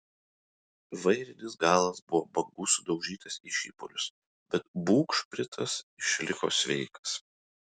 vairinis galas buvo bangų sudaužytas į šipulius bet bugšpritas išliko sveikas